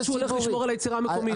שהוא הולך לשמור על היצירה המקומית.